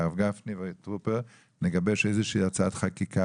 הרב גפני וטרופר נגבש איזושהי הצעת חקיקה.